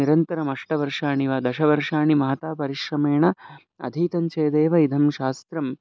निरन्तरम् अष्टवर्षाणि वा दशवर्षाणि माता परिश्रमेण अधीतञ्चेदेव इदं शास्त्रम्